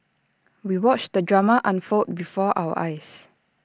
we watched the drama unfold before our eyes